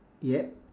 yet